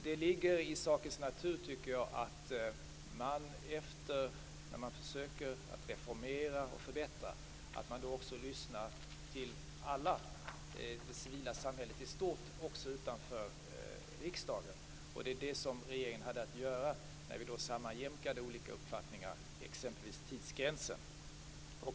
Det ligger i sakens natur att man, när man försöker reformera och förbättra, lyssnar till alla, det civila samhället i stort också utanför riksdagen. Det är det som regeringen hade att göra när vi sammanjämkade olika uppfattningar, exempelvis tidsgränsen.